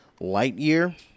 Lightyear